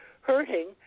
hurting